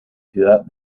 ciudad